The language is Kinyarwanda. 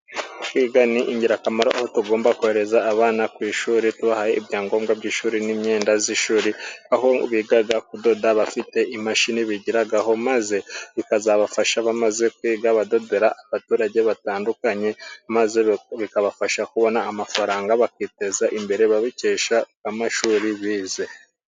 Kwiga ni ingirakamaro, aho tugomba kohereza abana ku ishuri tubahaye ibyangombwa by'ishuri nk'imyenda z'ishuri, aho biga kudoda bafite imashini bigiraho maze bikazabafasha bamaze kwiga badodora abaturage batandukanye, maze bikabafasha kubona amafaranga, bakiteza imbere babikesha amashuri bize.